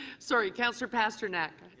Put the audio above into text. sorry, councillor pasternak.